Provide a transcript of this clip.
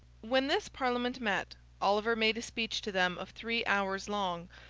when this parliament met, oliver made a speech to them of three hours long,